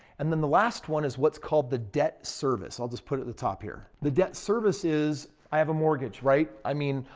and then the last one is what's called the debt service. i'll just put at the top here. the debt service is. i have a mortgage, right? i mean,